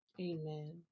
Amen